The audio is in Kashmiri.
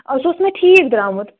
سُہ اوس مےٚ ٹھیٖک درٛامُت